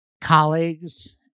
colleagues